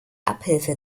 abhilfe